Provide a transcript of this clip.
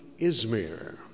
Izmir